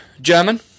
German